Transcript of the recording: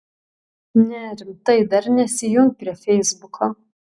ne rimtai dar nesijunk prie feisbuko